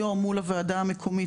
היום מול הוועדה המקומית,